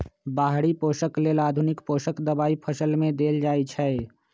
बाहरि पोषक लेल आधुनिक पोषक दबाई फसल में देल जाइछइ